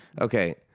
Okay